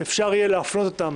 אפשר יהיה להפנות אותם